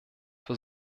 für